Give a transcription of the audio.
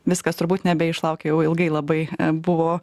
viskas turbūt nebeišlaukė oi ilgai labai buvo